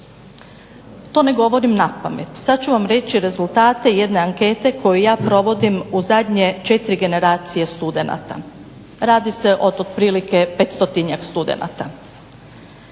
To ne govorim napamet, sada ću vam reći rezultate jedne ankete koju ja provodim u zadnje četiri generacije studenata, radi se o otprilike 500 studenata.